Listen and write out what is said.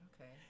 Okay